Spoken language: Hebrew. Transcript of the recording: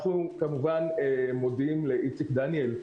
אנחנו כמובן מודיעם לאיציק דניאל,